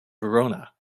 verona